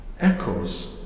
echoes